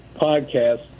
podcast